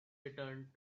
returned